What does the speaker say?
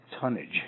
Tonnage